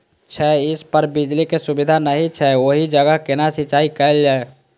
छै इस पर बिजली के सुविधा नहिं छै ओहि जगह केना सिंचाई कायल जाय?